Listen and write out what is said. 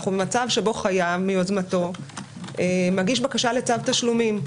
אנחנו במצב שבו חייב מיוזמתו מגיש בקשה לצו תשלומים,